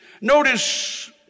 Notice